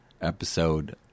episode